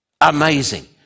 amazing